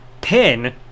pin